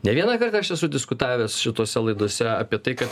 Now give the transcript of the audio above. ne vieną kartą aš esu diskutavęs šitose laidose apie tai kad